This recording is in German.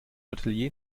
hotelier